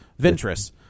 Ventress